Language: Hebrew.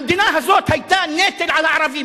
המדינה הזאת היתה נטל על הערבים,